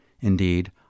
Indeed